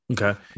okay